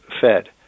Fed